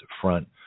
front